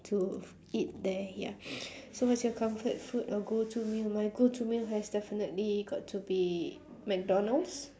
to eat there ya so what's your comfort food or go-to meal my go-to meal has definitely got to be mcdonald's